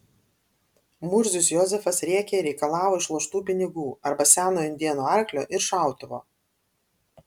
murzius jozefas rėkė ir reikalavo išloštų pinigų arba senojo indėno arklio ir šautuvo